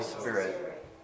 Spirit